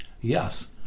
Yes